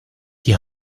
die